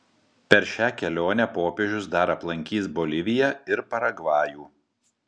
per šią kelionę popiežius dar aplankys boliviją ir paragvajų